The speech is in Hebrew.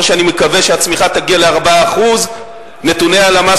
שאני מקווה שהצמיחה תגיע ל-4%; נתוני הלמ"ס,